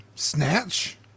Snatch